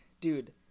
Dude